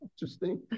interesting